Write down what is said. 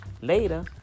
Later